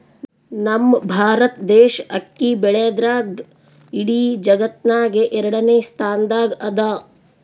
ನಮ್ ಭಾರತ್ ದೇಶ್ ಅಕ್ಕಿ ಬೆಳ್ಯಾದ್ರ್ದಾಗ್ ಇಡೀ ಜಗತ್ತ್ನಾಗೆ ಎರಡನೇ ಸ್ತಾನ್ದಾಗ್ ಅದಾ